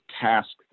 tasks